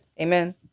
Amen